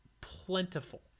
plentiful